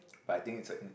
but I think it's a